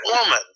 woman